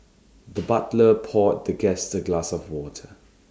the butler poured the guest A glass of water